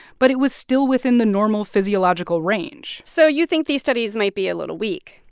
but it was still within the normal physiological range so you think these studies might be a little weak?